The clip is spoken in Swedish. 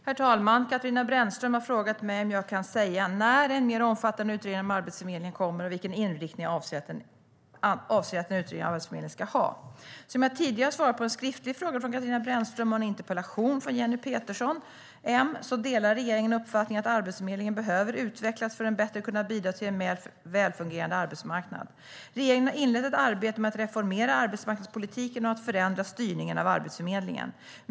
Herr talman! Katarina Brännström har frågat mig om jag kan säga när en mer omfattande utredning av Arbetsförmedlingen kommer och vilken inriktning jag anser att en utredning av Arbetsförmedlingen ska ha. Som jag tidigare har svarat på en skriftlig fråga från Katarina Brännström och en interpellation från Jenny Petersson, M, delar regeringen uppfattningen att Arbetsförmedlingen behöver utvecklas för att bättre kunna bidra till en mer välfungerande arbetsmarknad. Regeringen har inlett ett arbete med att reformera arbetsmarknadspolitiken och förändra styrningen av Arbetsförmedlingen.